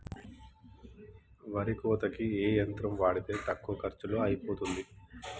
వరి కోతకి ఏ యంత్రం వాడితే తక్కువ ఖర్చులో అయిపోతుంది?